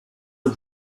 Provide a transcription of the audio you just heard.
are